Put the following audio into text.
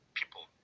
people